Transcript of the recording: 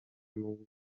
mógł